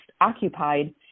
occupied